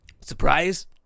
Surprise